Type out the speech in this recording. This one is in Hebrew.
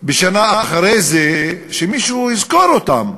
שנה לאחר מכן שמישהו יזכור אותם.